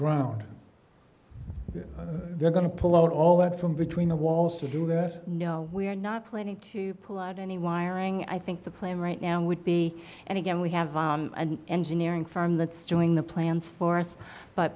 ground they're going to pull out all that from between the walls to do that no we're not planning to pull out any wiring i think the plan right now would be and again we have an engineering firm that's doing the plans for us but